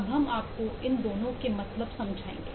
अब हम आपको इन दोनों के मतलब समझाएंगे